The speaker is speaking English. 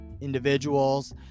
individuals